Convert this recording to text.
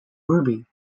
ruby